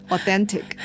Authentic